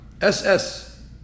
SS